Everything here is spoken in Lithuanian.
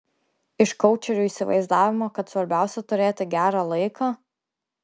iš koučerių įsivaizdavimo kad svarbiausia turėti gerą laiką